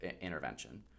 intervention